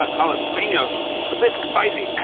ah jalapeno's a bit spicy.